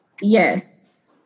Yes